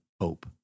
hope